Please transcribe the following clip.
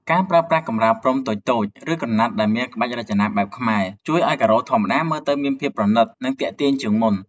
ការប្រើប្រាស់កម្រាលព្រំតូចៗ ឬក្រណាត់ដែលមានក្បាច់រចនាបែបខ្មែរ ជួយឱ្យការ៉ូធម្មតាមើលទៅមានភាពប្រណីត និងទាក់ទាញជាងមុន។